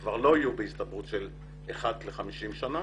כבר לא יהיו בהסתברות של אחת לחמישים שנים